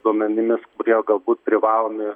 duomenimis kurie galbūt privalomi